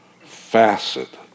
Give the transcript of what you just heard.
facet